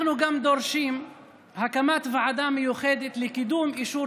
אנחנו גם דורשים הקמת ועדה מיוחדת לקידום אישור